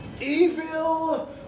Evil